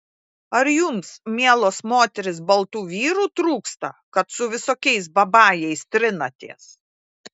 ar jums mielos moterys baltų vyrų trūksta kad su visokiais babajais trinatės